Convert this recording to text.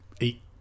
eight